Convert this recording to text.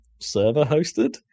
server-hosted